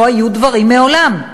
לא היו דברים מעולם.